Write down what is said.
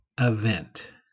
event